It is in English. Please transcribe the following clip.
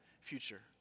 future